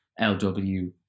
lw